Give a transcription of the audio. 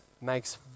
makes